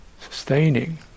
sustaining